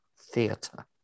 theatre